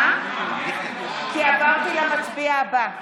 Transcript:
כי עברתי למצביע הבא.